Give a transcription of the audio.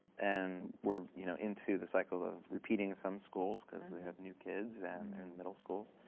and we're you know into the cycle of repeating some schools because they have new kids and middle schools.